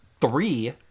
three